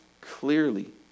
clearly